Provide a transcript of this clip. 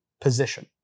position